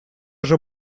уже